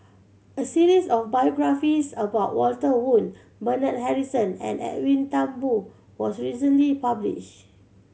a series of biographies about Walter Woon Bernard Harrison and Edwin Thumboo was recently published